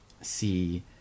see